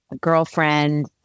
girlfriend